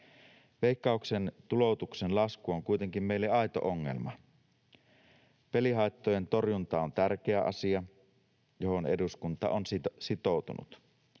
Veikkauksen tuloutuksen lasku on kuitenkin meille aito ongelma. Pelihaittojen torjunta on tärkeä asia, johon eduskunta on sitoutunut.